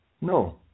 No